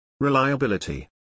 Reliability